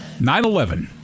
9-11